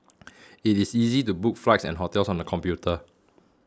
it is easy to book flights and hotels on the computer